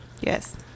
Yes